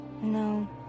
No